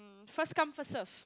first come first serve